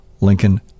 Lincoln